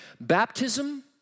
Baptism